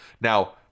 Now